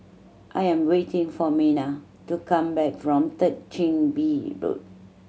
I am waiting for Minna to come back from Third Chin Bee Road